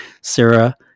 Sarah